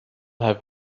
have